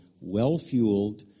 well-fueled